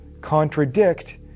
contradict